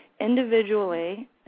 individually